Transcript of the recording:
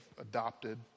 adopted